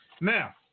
Now